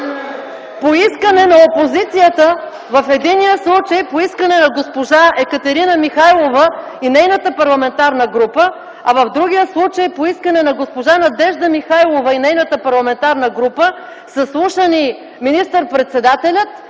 по искане на опозицията – госпожа Екатерина Михайлова и нейната парламентарна група, а в другия случай по искане на госпожа Надежда Михайлова и нейната парламентарна група, са слушани министър-председателят